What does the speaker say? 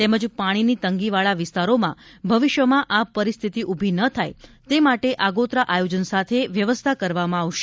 તેમજ પાણીની તંગી વાળા વિસ્તારોમાં ભવિષ્યમાં આ પરિસ્થિતિ ઉભી ન થાય તે માટે આગોતરા આયોજન સાથે વ્યવસ્થા કરવામાં આવશે